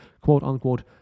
quote-unquote